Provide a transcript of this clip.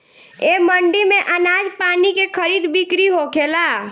ए मंडी में आनाज पानी के खरीद बिक्री होखेला